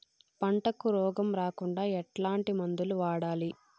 పంటకు రోగం రాకుండా ఎట్లాంటి మందులు వాడాలి?